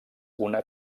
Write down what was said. una